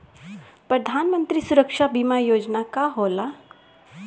प्रधानमंत्री सुरक्षा बीमा योजना का होला?